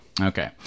Okay